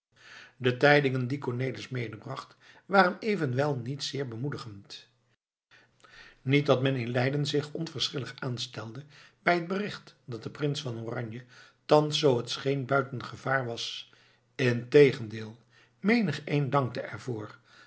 de tijdingen die cornelis medebracht waren evenwel niet zeer bemoedigend niet dat men in leiden zich onverschillig aanstelde bij het bericht dat de prins van oranje thans zoo het scheen buiten gevaar was integendeel menigeen dankte